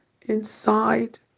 Inside